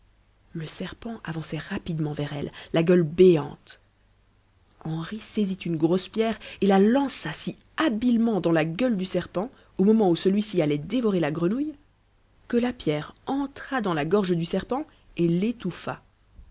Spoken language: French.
le serpent avançait rapidement vers elle la gueule béante henri saisit une grosse pierre et la lança si habilement dans la gueule du serpent au moment où celui-ci allait dévorer la grenouille que la pierre entra dans la gorge du serpent et l'étouffa